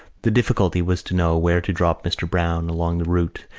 the difficulty was to know where to drop mr. browne along the route,